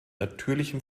natürlichem